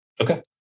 okay